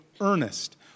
earnest